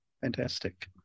Fantastic